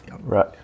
Right